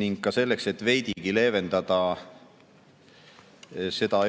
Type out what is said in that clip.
ning ka selleks, et veidigi leevendada